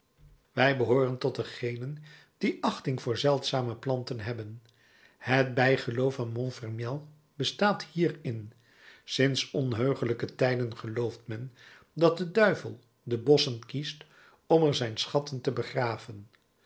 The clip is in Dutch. wij behooren tot degenen die achting voor zeldzame planten hebben het bijgeloof van montfermeil bestaat hierin sinds onheugelijke tijden gelooft men dat de duivel de bosschen kiest om er zijn schatten te begraven